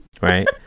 right